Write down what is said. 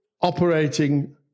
operating